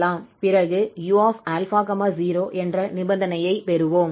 பிறகு u ∝ 0 என்ற நிபந்தனையைப் பெறுவோம்